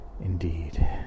Indeed